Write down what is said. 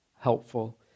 helpful